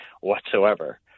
whatsoever